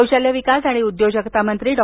कौशल्य विकास आणि उद्योजकता मंत्री डॉ